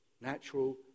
natural